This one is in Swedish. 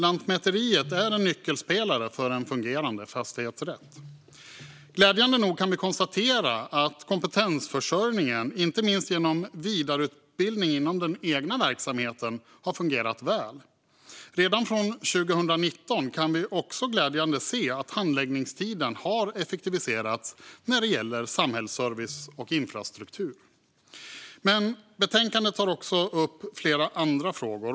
Lantmäteriet är en nyckelspelare för en fungerande fastighetsrätt. Glädjande nog kan vi konstatera att kompetensförsörjningen, inte minst genom vidareutbildning inom den egna verksamheten, har fungerat väl. Redan från 2019 kan vi också glädjande nog se att handläggningstiden har effektiviserats när det gäller samhällsservice och infrastruktur. Betänkandet tar också upp flera andra frågor.